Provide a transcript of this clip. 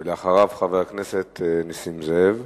ולאחריו, חבר הכנסת נסים זאב.